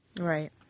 Right